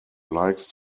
likes